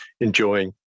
enjoying